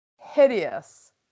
hideous